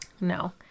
No